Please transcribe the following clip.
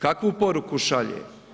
Kakvu poruku šalje?